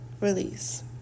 Release